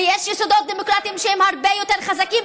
ויש יסודות דמוקרטיים שהם הרבה יותר חזקים.